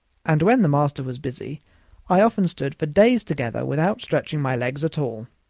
and when the master was busy i often stood for days together without stretching my legs at all,